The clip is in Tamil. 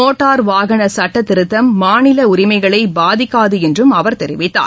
மோட்டார் வாகன சுட்டத்திருத்தம் மாநில உரிமைகளை பாதிக்காது என்றும் அவர் தெரிவித்தார்